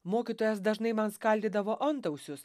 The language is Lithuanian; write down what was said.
mokytojas dažnai man skaldydavo antausius